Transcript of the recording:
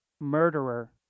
murderer